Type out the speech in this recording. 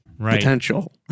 potential